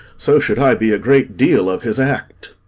so should i be a great deal of his act.